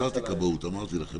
זכרתי כבאות, אמרתי לך.